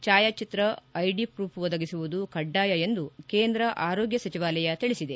ಛಾಯಾಚಿತ್ರ ID proof ಒದಗಿಸುವುದು ಕಡ್ಡಾಯ ಎಂದು ಕೇಂದ್ರ ಆರೋಗ್ಡ ಸಚಿವಾಲಯ ತಿಳಿಸಿದೆ